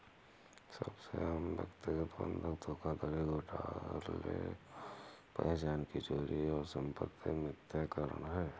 सबसे आम व्यक्तिगत बंधक धोखाधड़ी घोटाले पहचान की चोरी और संपत्ति मिथ्याकरण है